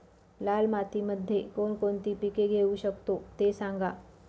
लाल मातीमध्ये कोणकोणती पिके घेऊ शकतो, ते सांगा